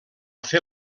fer